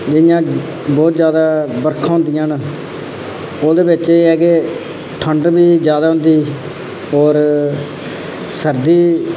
जि'यां बहुत ज्यादा बर्खा होंदियां न ओह्दे बिच एह् ऐ के ठंड बी ज्यादा होंदी और सर्दी